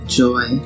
joy